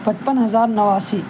پچپن ہزار نواسی